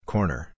Corner